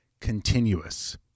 continuous